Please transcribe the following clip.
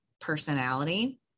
personality